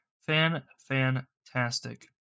Fan-fantastic